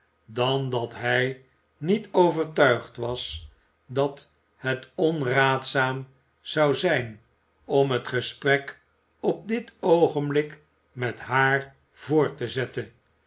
dan dat hij niet overtuigd was dat het onraadzaam zou zijn om het gesprek op dit oogenblik met haar voort te zetten